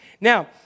Now